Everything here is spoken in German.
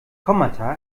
kommata